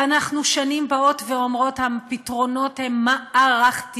ואנחנו שנים אומרות שהפתרונות הם מערכתיים.